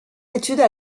études